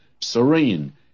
serene